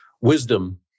wisdom